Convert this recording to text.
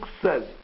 says